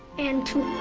and to